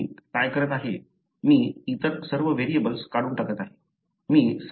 तर मी काय करत आहे मी इतर सर्व व्हेरिएबल्स काढून टाकत आहे